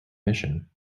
mission